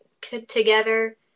together